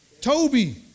Toby